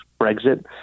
Brexit